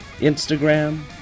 Instagram